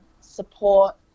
support